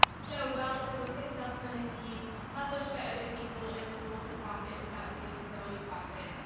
so while the book itself couldn't be published by other people and sold for profit, without giving defoe any profit,